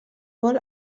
vol